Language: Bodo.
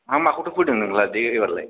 मा माखौथ' फोदों नोंलाय दे एबारलाय